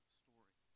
story